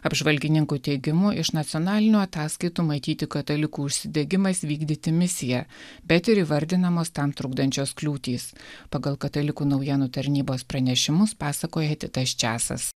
apžvalgininkų teigimu iš nacionalinių ataskaitų matyti katalikų užsidegimais vykdyti misiją bet ir įvardinamos tam trukdančios kliūtys pagal katalikų naujienų tarnybos pranešimus pasakoja titas česas